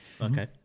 Okay